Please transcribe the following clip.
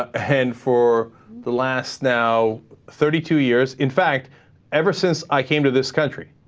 ah. heading for the last now thirty-two years in fact ever since i came to this country